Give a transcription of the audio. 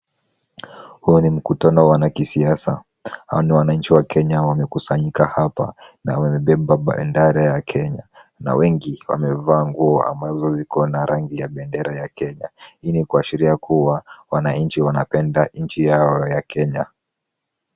Huo ni mkutano wa wanakisiasa. Hawa ni wananchi wa Kenya wamekusanyika hapa na wamebeba bendera ya Kenya na wengi wamevaa nguo ambazo ziko na rangi ya bendera ya Kenya. Hii ni kuashiria kuwa wananchi wanapenda nchi yao ya Kenya.